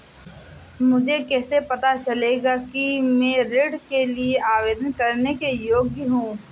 मुझे कैसे पता चलेगा कि मैं ऋण के लिए आवेदन करने के योग्य हूँ?